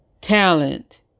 talent